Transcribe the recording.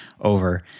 over